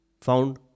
found